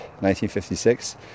1956